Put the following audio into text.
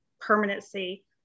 permanency